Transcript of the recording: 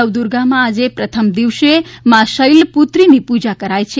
નવદુર્ગામાં આજે પ્રથમ દિવસે મા શૈલપુત્રીની પુજા કરાય છે